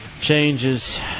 changes